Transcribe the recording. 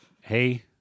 hey